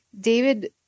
David